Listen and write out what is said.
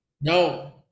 No